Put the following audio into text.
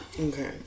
okay